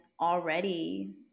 already